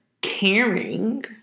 caring